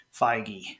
Feige